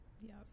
Yes